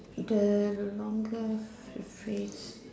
the longer the phrase